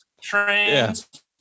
trains